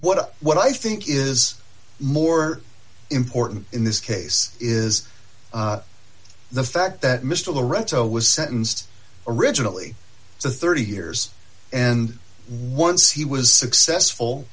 that what what i think is more important in this case is the fact that mr lorenzo was sentenced originally to thirty years and once he was successful